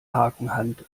hakenhand